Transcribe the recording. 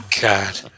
God